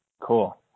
Cool